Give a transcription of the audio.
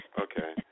Okay